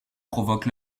provoque